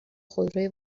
خودروی